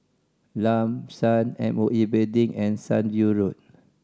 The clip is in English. Lam San M O E Building and Sunview Road